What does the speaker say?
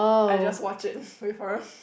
I just watch it with her